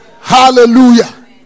Hallelujah